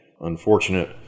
Unfortunate